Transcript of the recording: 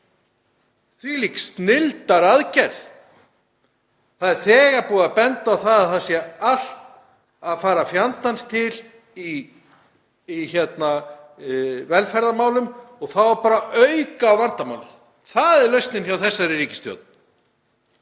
Þvílík snilldaraðgerð. Það er þegar búið að benda á að það sé allt að fara fjandans til í velferðarmálum og þá á bara að auka á vandamálið. Það er lausnin hjá þessari ríkisstjórn.